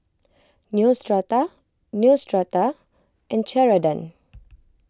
Neostrata Neostrata and Ceradan